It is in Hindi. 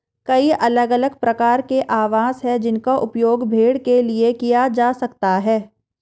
कई अलग अलग प्रकार के आवास हैं जिनका उपयोग भेड़ के लिए किया जा सकता है